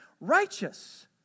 righteous